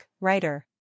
writer